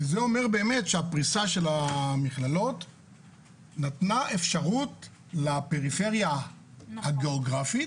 זה אומר באמת שהפריסה של המכללות נתנה אפשרות לפריפריה הגיאוגרפית,